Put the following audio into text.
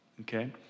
okay